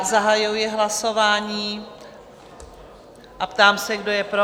Zahajuji hlasování a ptám se, kdo je pro?